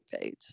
page